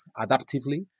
adaptively